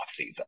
offseason